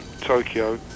Tokyo